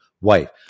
wife